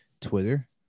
Twitter